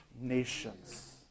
nations